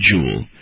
jewel